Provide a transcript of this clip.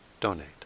donate